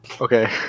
Okay